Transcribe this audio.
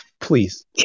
please